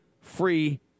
free